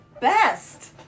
best